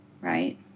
Right